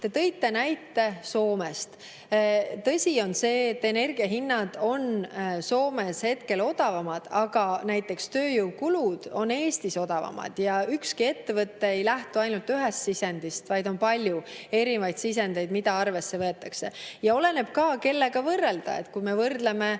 tõite näite Soomest. Tõsi on see, et energiahinnad on Soomes hetkel odavamad, aga näiteks tööjõukulud on Eestis odavamad. Ükski ettevõte ei lähtu ainult ühest sisendist, vaid on palju erinevaid sisendeid, mida arvesse võetakse. Ja oleneb ka, kellega võrrelda. Kui me võrdleme